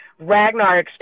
Ragnar